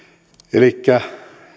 elikkä